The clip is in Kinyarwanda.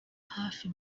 hafi